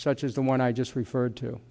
such as the one i just referred to